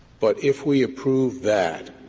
but if we approve that,